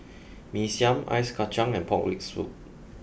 Mee Siam ice Kachang and pork rib soup